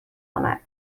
آمد